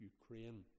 Ukraine